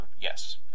yes